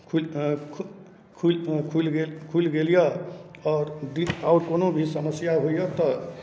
खुलि खुलि खुलि खुलि गेल खुलि गेल यए आओर भी आओर कोनो भी समस्या होइए तऽ